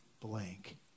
blank